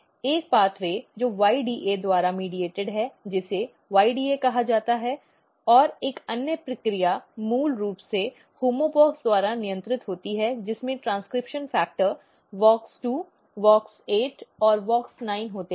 एक पेथ्वे जो YDA द्वारा मीडीएट है जिसे YDA कहा जाता है और एक अन्य प्रक्रिया मूल रूप से होमोबॉक्स द्वारा नियंत्रित होती है जिसमें ट्रेन्स्क्रिप्शन फैक्टर WOX2 WOX8 और WOX9 होते हैं